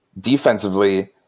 defensively